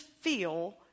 feel